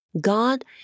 God